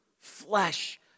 flesh